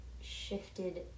shifted